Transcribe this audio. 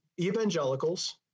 evangelicals